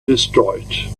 destroyed